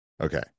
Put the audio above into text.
okay